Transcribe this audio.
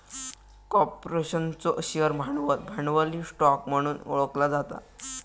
कॉर्पोरेशनचो शेअर भांडवल, भांडवली स्टॉक म्हणून ओळखला जाता